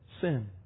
sin